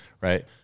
right